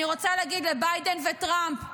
אני רוצה להגיד לביידן וטראמפ תודה.